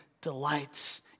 delights